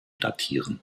datieren